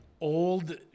old